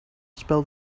spell